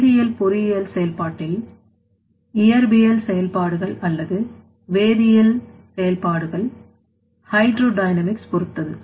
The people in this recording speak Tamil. வேதியியல் பொறியியல் செயல்பாட்டில் இயற்பியல் செயல்பாடுகள் அல்லது வேதியியல் செயல்பாடுகள் ஹைட்ரோ டைனமிக்ஸ் பொருத்தது